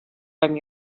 from